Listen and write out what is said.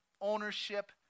ownership